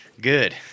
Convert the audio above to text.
Good